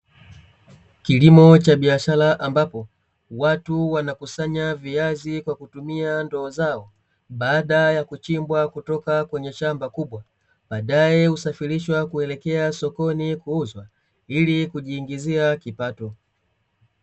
Kilimo cha biashara ambapo watu wanakusanya viazi kwa kutumia ndoo zao baada ya kuchimbwa kutoka kwenye shamba kubwa, baadaye husafirishwa kuelekea sokoni kuuzwa ili kujiingizia kipato.